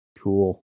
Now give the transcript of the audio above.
Cool